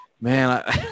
man